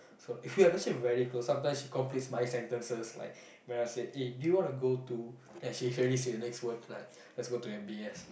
so we're actually very close sometimes she completes my sentences like when I said eh do you wanna go to then she already say the next word like let's go to M_B_S like